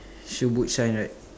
shoe boot shine right